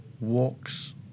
walks